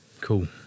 cool